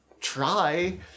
try